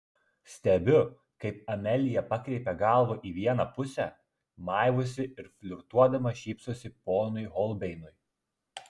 stebiu kaip amelija pakreipia galvą į vieną pusę maivosi ir flirtuodama šypsosi ponui holbeinui